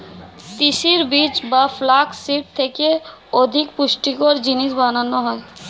তিসির বীজ বা ফ্লাক্স সিড থেকে অধিক পুষ্টিকর জিনিস বানানো হয়